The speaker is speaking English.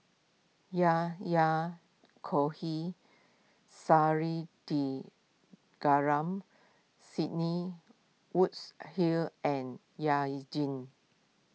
Yahya Cohen Sidney woods hill and Jin